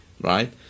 right